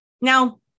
Now